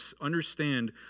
understand